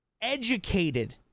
educated